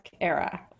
era